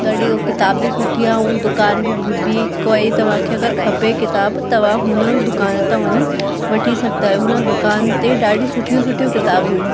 ॾाढी किताब बि सुठी आहे ऐं दुकान बि बि बि कोई तव्हां खे अगरि खपे किताबु तव्हां हुन जी दुकान ते वञी वठी सघंदा आहियो हुन दुकान ते ॾाढी सुठियूं सुठियूं किताबियूं आहिनि